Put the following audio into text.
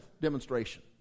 demonstration